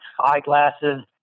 eyeglasses